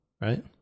right